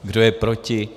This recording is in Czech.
Kdo je proti?